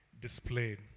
displayed